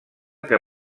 que